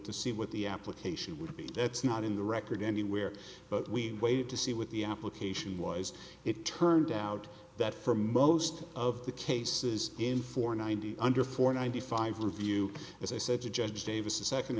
to see what the application would be that's not in the record anywhere but we waited to see what the application was it turned out that for most of the cases in four ninety under four ninety five review as i said to judge davis a second